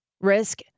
risk